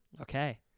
Okay